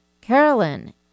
Carolyn